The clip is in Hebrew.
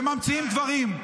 וממציאים דברים.